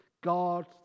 God